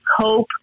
cope